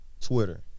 Twitter